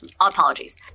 Apologies